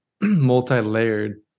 multi-layered